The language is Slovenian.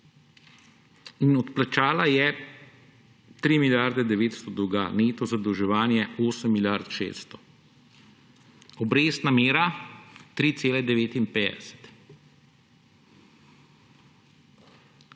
in odplačala je 3 milijarde 900 dolga, neto zadolževanje 8 milijard 600, obrestna mera 3,59.